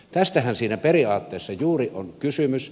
tästähän siinä periaatteessa juuri on kysymys